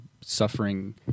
suffering